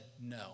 no